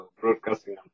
broadcasting